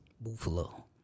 Buffalo